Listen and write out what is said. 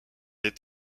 est